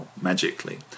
magically